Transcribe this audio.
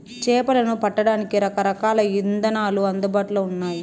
చేపలను పట్టడానికి రకరకాల ఇదానాలు అందుబాటులో ఉన్నయి